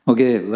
Okay